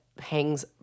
hangs –